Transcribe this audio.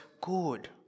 good